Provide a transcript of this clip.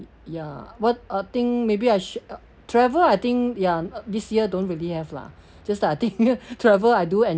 ya what I think maybe I shoul~ travel I think ya this year don't really have lah just that I think travel I do enjoy